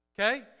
Okay